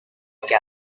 gabby